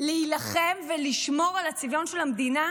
להילחם ולשמור על הצביון של המדינה,